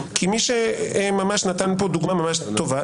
כי מי שנתן פה דוגמה ממש טובה,